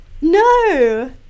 No